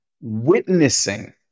witnessing